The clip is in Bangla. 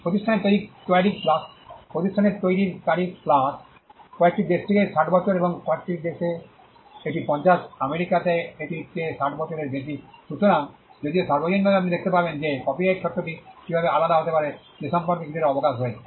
প্রতিষ্ঠানের তৈরির তারিখ প্লাস কয়েকটি দেশে কিছু জায়গায় 60 বছর এবং এটি কয়েকটি দেশে এটি 50 আমেরিকাতে এটি এর চেয়ে 60 এর বেশি সুতরাং যদিও সর্বজনীনভাবে আপনি দেখতে পাবেন যে কপিরাইট শর্তটি কীভাবে আলাদা হতে পারে সে সম্পর্কে কিছুটা অবকাশ রয়েছে